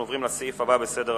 אנחנו עוברים לסעיף הבא בסדר-היום: